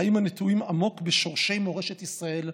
חיים הנטועים עמוק בשורשי מורשת ישראל,